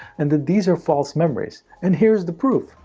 and that these are false memories. and here's the proof.